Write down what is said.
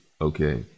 okay